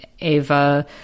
Ava